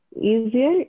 easier